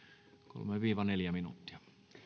kolme viiva neljä minuuttia